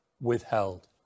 withheld